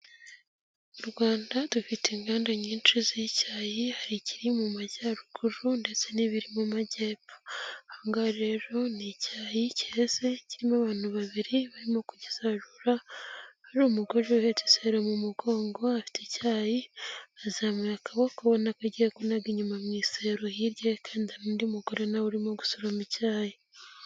Mu Rwanda dufite inganda nyinshi z'icyayi hari ikiri mu majyaruguru ndetse n'ibiri mu majyepfo, ahangaha rero ni icyayi cyeze kirimo abantu babiri barimo kugisarura, hari umugore uheretse iseru mu mugongo afite icyayi azamuye akaboko agiye kunaga inyuma mu isaro hirya kandi hari undi mugore nawe urimo gusuroma icyarayi.